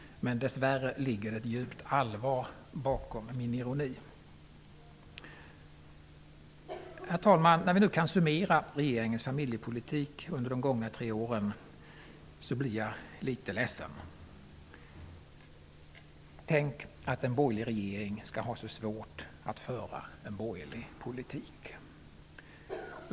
Dess värre ligger det ett djupt allvar bakom min ironi. Herr talman! När vi nu kan summera regeringens familjepolitik under de gångna tre åren blir jag litet ledsen. Tänk att en borgerlig regering skall ha så svårt att föra en borgerlig politik!